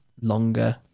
longer